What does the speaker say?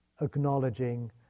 acknowledging